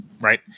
right